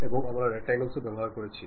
এবং আমরা রেকট্যাংলেস ও ব্যবহার করেছি